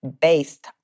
based